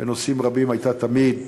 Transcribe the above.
בנושאים רבים, הייתה תמיד,